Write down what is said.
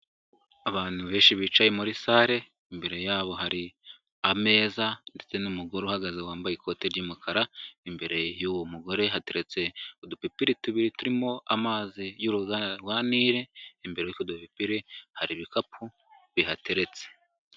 Abantu benshi bicaye muri sale, imbere y'abo hari ameza, ndetse n'umugore uhagaze wambaye ikote ry'umukara, imbere y'uwo mugore hateretse udupipiri tubiri turimo amazi y'uruganda rwa Nile, imbere y'utwo dupipiri, hari ibikapu bihateretse.